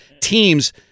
teams –